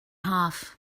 half